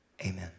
amen